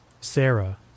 Sarah